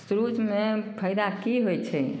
सुरुजमे फाइदा की होइ छै